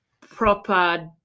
proper